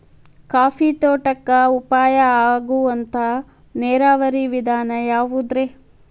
Coffee ತೋಟಕ್ಕ ಉಪಾಯ ಆಗುವಂತ ನೇರಾವರಿ ವಿಧಾನ ಯಾವುದ್ರೇ?